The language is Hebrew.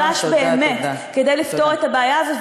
נדרש באמת כדי לפתור את הבעיה הזאת,